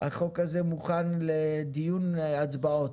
החוק הזה מוכן לדיון הצבעות.